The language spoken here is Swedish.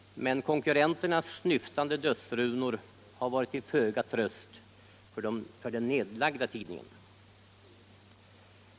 Konkurrenternas snyftande dödsrunor har varit till föga tröst för den nedlagda tidningen.